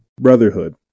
brotherhood